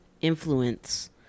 influence